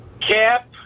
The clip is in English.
Cap